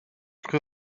cru